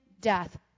death